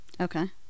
Okay